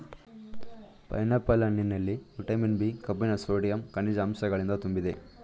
pineapple ಹಣ್ಣಿನಲ್ಲಿ vitamin B, ಕಬ್ಬಿಣ sodium, ಕನಿಜ ಅಂಶಗಳಿಂದ ತುಂಬಿದೆ